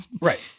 Right